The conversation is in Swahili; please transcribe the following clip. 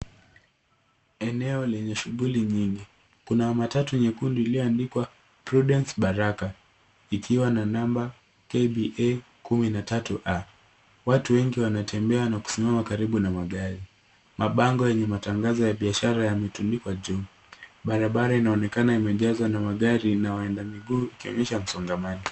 Eneo lenye shughuli nyingi. Kuna matatu nyekundu ilioandikwa Prudence Baraka ikiwa na namba KBA 13A . Watu wengi wanatembea na kusimama karibu na magari. Mabango yenye matangazo ya biashara yametundikwa juu. Barabara inaonekana imejazwa na magari na waenda miguu ikionyesha msongamano.